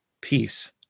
peace